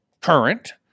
current